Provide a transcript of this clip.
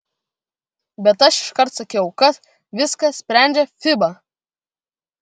bet aš iškart sakiau kad viską sprendžia fiba